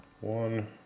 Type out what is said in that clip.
One